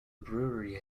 brewery